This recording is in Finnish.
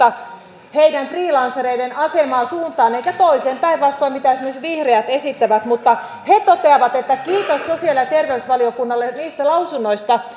ei muuta heidän freelancereidensa asemaa suuntaan eikä toiseen päinvastoin kuin mitä esimerkiksi vihreät esittävät mutta he toteavat että kiitos sosiaali ja terveysvaliokunnalle niistä